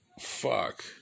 fuck